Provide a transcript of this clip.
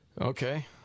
Okay